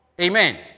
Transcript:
Amen